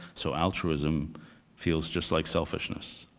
so altruism feels just like selfishness.